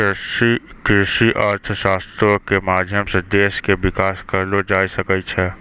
कृषि अर्थशास्त्रो के माध्यम से देशो के विकास करलो जाय सकै छै